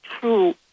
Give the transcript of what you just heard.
true